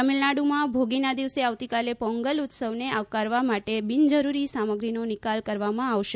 તમિલનાડુમાં ભોગીના દિવસે આવતીકાલે પોંગલ ઉત્સવને આવકારવા માટે બિનજરૂરી સામગ્રીનો નિકાલ કરવામાં આવશે